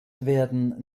werden